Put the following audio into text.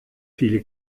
viele